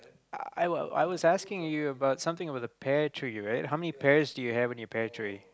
I wa~ I was asking you about something about a pear tree right how many pears do you have on your pear tree